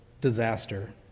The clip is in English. disaster